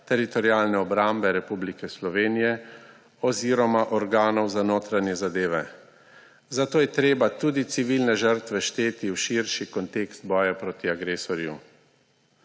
Teritorialne obrambe Republike Slovenije oziroma organov za notranje zadeve. Zato je treba tudi civilne žrtve šteti v širši kontekst boja proti agresorju.